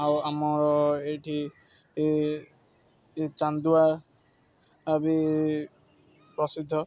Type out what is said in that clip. ଆଉ ଆମ ଏଇଠି ଏ ଚାନ୍ଦୁଆ ବି ପ୍ରସିଦ୍ଧ